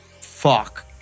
Fuck